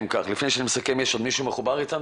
לפני שאני מסכם יש עוד מישהו שרוצה לומר עוד